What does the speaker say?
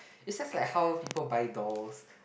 is just like how people buy dolls